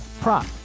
prop